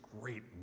great